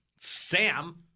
Sam